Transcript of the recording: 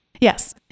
Yes